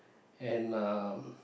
and uh